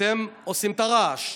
אתם עושים את הרעש.